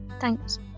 Thanks